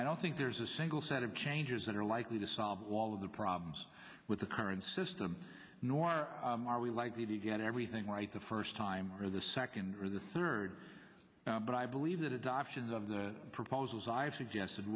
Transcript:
i don't think there's a single set of changes that are likely to solve all of the problems with the current system nor are we likely to get everything right the first time or the second or the third but i believe that adoption of the proposals i've suggested